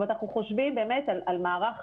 אנחנו חושבים באמת על מערך